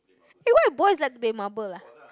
eh why the boys like to play marble ah